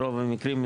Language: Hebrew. ברוב המקרים,